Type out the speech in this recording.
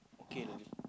okay